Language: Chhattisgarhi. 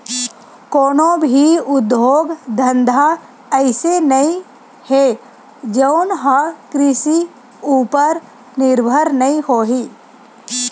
कोनो भी उद्योग धंधा अइसे नइ हे जउन ह कृषि उपर निरभर नइ होही